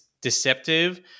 deceptive